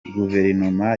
guverinoma